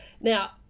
Now